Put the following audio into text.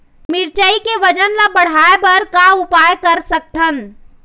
मिरचई के वजन ला बढ़ाएं बर का उपाय कर सकथन?